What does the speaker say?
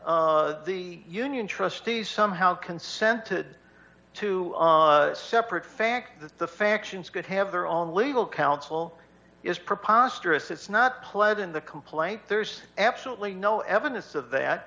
the union trustees somehow consented to separate fact that the factions could have their own legal counsel is preposterous it's not pled in the complaint there's absolutely no evidence of that